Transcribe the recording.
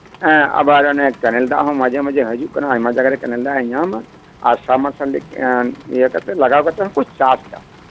ᱟᱵᱟᱨ ᱚᱱᱮ ᱠᱮᱱᱮᱞ ᱫᱟᱜ ᱦᱚᱸ ᱢᱟᱡᱷᱮ ᱢᱟᱡᱷᱮ ᱦᱤᱡᱩᱜ ᱠᱟᱱᱟ ᱟᱭᱢᱟ ᱡᱟᱭᱜᱟᱨᱮ ᱠᱮᱱᱮᱞ ᱫᱟᱜ ᱮ ᱧᱟᱢᱟ ᱟᱨ ᱥᱟᱵᱢᱟᱨᱥᱟᱞ ᱤᱭᱟᱹ ᱠᱟᱛᱮᱫ ᱞᱟᱜᱟᱣ ᱠᱟᱛᱮᱫ ᱦᱚᱸᱠᱚ ᱪᱟᱥ ᱮᱫᱟ